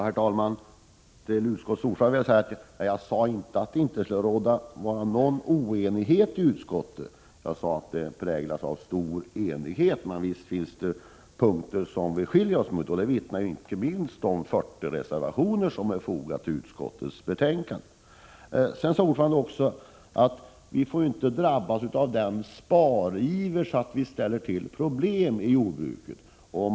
Herr talman! Till utskottets ordförande vill jag säga att jag inte sade att det inte skulle råda någon oenighet i utskottet — jag sade att arbetet i utskottet präglas av stor enighet. Men visst finns det punkter där vi skiljer oss åt — om det vittnar inte minst de 40 reservationer som är fogade till utskottets betänkande. Ordföranden sade också att vi inte får drabbas av sådan spariver att vi ställer till problem i jordbruket.